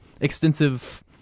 extensive